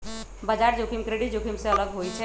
बजार जोखिम क्रेडिट जोखिम से अलग होइ छइ